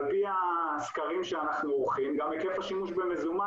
על פי הסקרים שאנחנו עורכים גם היקף השימוש במזומן